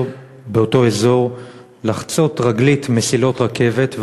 באותו אזור לחצות רגלית מסילות רכבת,